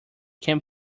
can